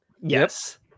Yes